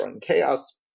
chaos